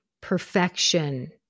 perfection